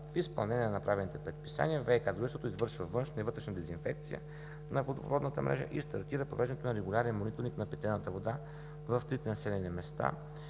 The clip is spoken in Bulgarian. В изпълнение на направените предписания ВиК дружеството извършва външна и вътрешна дезинфекция на водопроводната мрежа и стартира провеждането на регулярен мониторинг на питейната вода в трите населени места